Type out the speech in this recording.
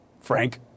Frank